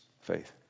faith